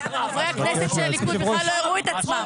חברי הכנסת של הליכוד בכלל לא הראו את עצמם.